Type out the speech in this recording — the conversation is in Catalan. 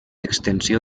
extensió